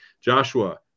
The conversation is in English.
Joshua